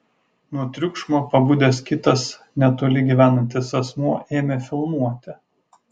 nuo triukšmo pabudęs kitas netoli gyvenantis asmuo ėmė filmuoti